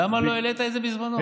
למה לא העלית את זה בזמנו?